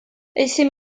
euthum